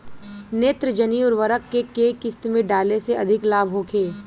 नेत्रजनीय उर्वरक के केय किस्त में डाले से अधिक लाभ होखे?